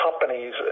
companies